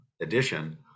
edition